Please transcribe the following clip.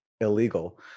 illegal